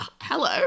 hello